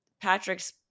Patrick's